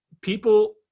people